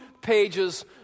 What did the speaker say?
pages